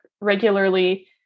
regularly